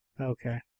Okay